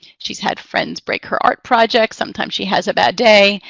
she's had friends break her art projects. sometimes she has a bad day.